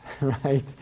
right